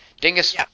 Dingus